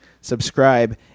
subscribe